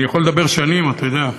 אני יכול לדבר שנים, אתה יודע.